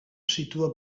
situa